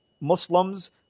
Muslims